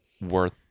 worth